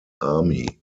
army